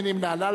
מי נמנע?